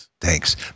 thanks